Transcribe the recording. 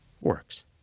works